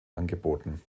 angeboten